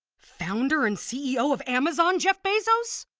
founder and ceo of amazon, jeff bezos?